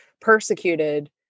persecuted